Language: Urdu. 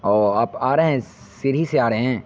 اوہ آپ آ رہے ہیں سیڑھی سے آ رہے ہیں